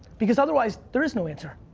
because otherwise, there is no answer.